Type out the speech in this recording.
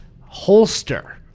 holster